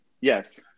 Yes